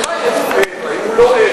שיגיד אם הוא ער,